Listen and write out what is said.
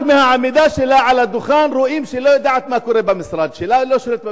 רק מהעמידה שלה על הדוכן רואים שהיא לא יודעת מה קורה במשרד שלה,